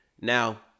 Now